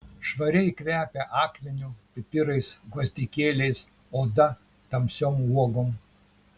švariai kvepia akmeniu pipirais gvazdikėliais oda tamsiom uogom